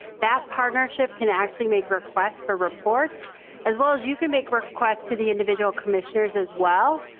that partnership can actually make request for reports as well as you can make request to the individual commissioners as well.